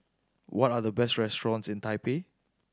what are the best restaurants in Taipei